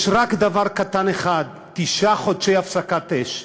יש רק דבר קטן אחד: תשעה חודשי הפסקת אש.